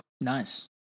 Nice